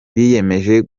biyemeje